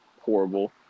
horrible